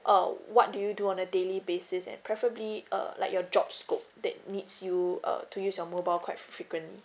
uh what do you do on a daily basis and preferably uh like your job scope that needs you uh to use your mobile quite frequent